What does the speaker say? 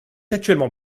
actuellement